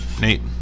Nate